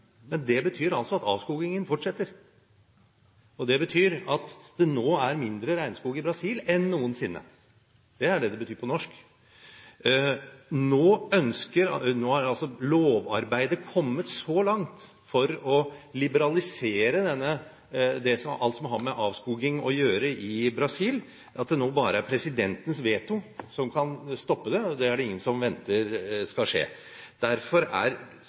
men det betyr at avskogingen fortsetter. Det betyr at det nå er mindre regnskog i Brasil enn noensinne. Det er det det betyr på norsk. Nå er lovarbeidet kommet så langt for å liberalisere alt som har med avskoging å gjøre i Brasil, at det nå bare er presidentens veto som kan stoppe det, og det er det ingen som venter skal skje. Derfor er